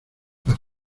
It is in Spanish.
las